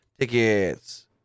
tickets